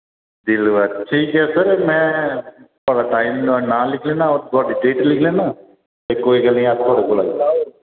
दिलबर ठीक ऐ सर मैं थोआढ़ा टाइम नां लिख लैना और डेट लिख लैना ते कोई गल्ल नि अस थोआढ़े कोल आई